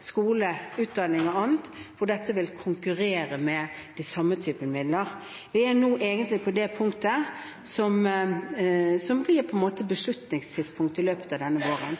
skole, utdanning og annet, og dette vil konkurrere om samme type midler. Vi er nå egentlig på det punktet som på en måte blir beslutningstidspunktet i løpet av denne våren.